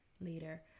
later